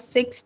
Six